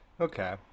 Okay